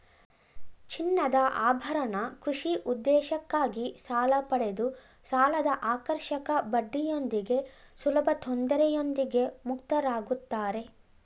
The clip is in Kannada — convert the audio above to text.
ಚಿನ್ನದಆಭರಣ ಕೃಷಿ ಉದ್ದೇಶಕ್ಕಾಗಿ ಸಾಲಪಡೆದು ಸಾಲದಆಕರ್ಷಕ ಬಡ್ಡಿಯೊಂದಿಗೆ ಸುಲಭತೊಂದರೆಯೊಂದಿಗೆ ಮುಕ್ತರಾಗುತ್ತಾರೆ